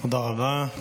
תודה רבה.